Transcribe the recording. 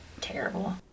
terrible